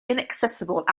inaccessible